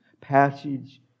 passage